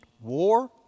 war